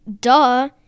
duh